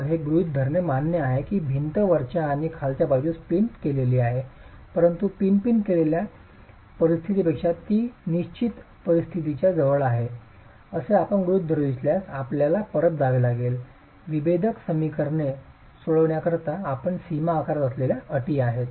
तर हे गृहित धरणे मान्य आहे की भिंत वरच्या आणि खालच्या बाजूस पिन केलेली आहे परंतु पिन पिन केलेल्या परिस्थितीपेक्षा ती निश्चित निश्चित परिस्थितीच्या जवळ आहे असे आपण गृहित धरू इच्छित असल्यास आपल्याला परत जावे लागेल विभेदक समीकरणे सोडविण्याकरिता आपण सीमा आकारत असलेल्या अटी आहे